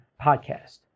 Podcast